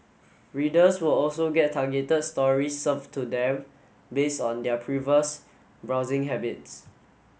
readers will also get targeted stories served to them based on their previous browsing habits